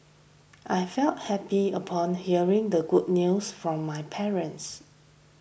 I felt happy upon hearing the good news from my parents